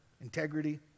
integrity